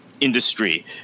industry